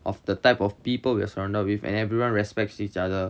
of the type of people we are surrounded with and everyone respects each other